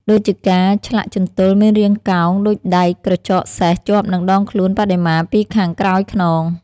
ដូចជាការឆ្លាក់ជន្ទល់មានរាងកោងដូចដែកក្រចកសេះជាប់នឹងដងខ្លួនបដិមាពីខាងក្រោយខ្នង។